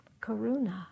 karuna